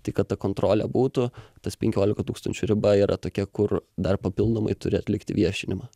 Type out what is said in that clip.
tai kad ta kontrolė būtų tas penkiolika tūkstančių riba yra tokia kur dar papildomai turi atlikti viešinimą